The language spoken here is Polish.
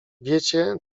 wiecie